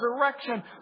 resurrection